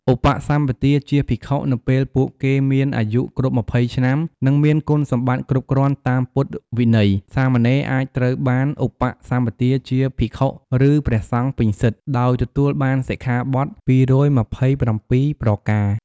ឧបសម្បទាជាភិក្ខុ នៅពេលពួកគេមានអាយុគ្រប់ ២០ ឆ្នាំ និងមានគុណសម្បត្តិគ្រប់គ្រាន់តាមពុទ្ធវិន័យ សាមណេរអាចត្រូវបាន ឧបសម្បទាជាភិក្ខុ ឬព្រះសង្ឃពេញសិទ្ធិ ដោយទទួលបានសិក្ខាបទ ២២៧ ប្រការ។